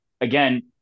again